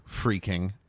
freaking